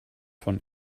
von